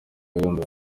yumiwe